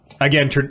again